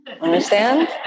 Understand